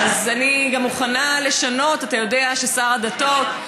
אז אני גם מוכנה לשנות, אתה יודע, ששר הדתות.